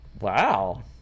Wow